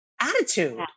attitude